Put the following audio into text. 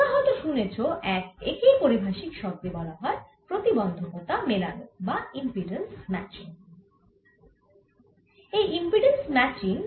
তোমরা হয়ত শুনেছ একেই পারিভাষিক শব্দে বলা হয় প্রতিবন্ধকতা মেলান বা ইম্পিড্যান্স ম্যাচিং